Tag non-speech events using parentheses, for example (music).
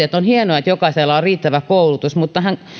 (unintelligible) että on hienoa että jokaisella on riittävä koulutus mutta hän